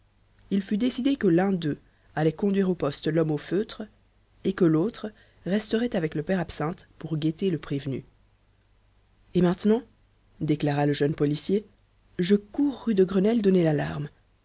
il fut décidé que l'un d'eux allait conduire au poste l'homme au feutre et que l'autre resterait avec le père absinthe pour guetter le prévenu et maintenant déclara le jeune policier je cours rue de grenelle donner l'alarme